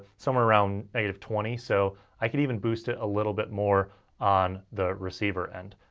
somewhere around negative twenty, so i can even boost it a little bit more on the receiver end.